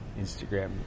Instagram